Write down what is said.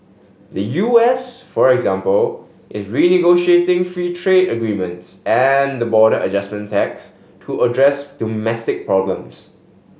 the U S for example is renegotiating free trade agreements and the border adjustment tax to address domestic problems